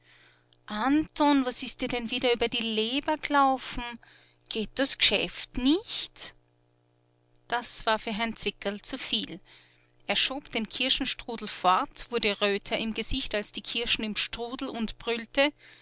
was is dir denn wieder über die leber gelaufen geht das geschäft nicht das war für herrn zwickerl zu viel er schob den kirschenstrudel fort wurde röter im gesicht als die kirschen im strudel und brüllte